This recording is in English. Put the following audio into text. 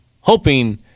Hoping